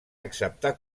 acceptar